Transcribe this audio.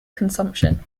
consumption